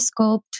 scoped